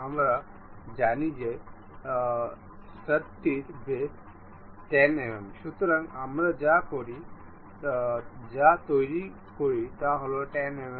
আমার কিছু অংশ আছে যা চাকা একটি ট্র্যাক এবং হুইল টপ আমরা শুধু এটি ঠিক করব এই চাকায় এই শীর্ষটি ঠিক করব